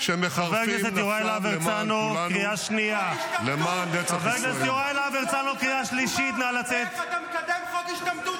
שמחרפים נפשם למען כולנו --- איך אתה מקדם חוק השתמטות